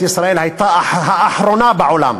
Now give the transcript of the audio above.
ממשלת ישראל, הייתה האחרונה בעולם